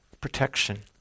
protection